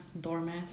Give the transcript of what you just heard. doormat